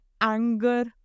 anger